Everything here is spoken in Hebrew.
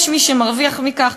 יש מי שמרוויח מכך,